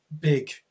big